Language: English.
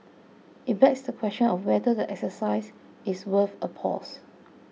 it begs the question of whether the exercise is worth a pause